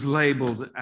labeled